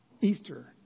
Easter